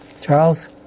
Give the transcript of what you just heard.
Charles